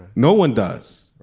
no one does.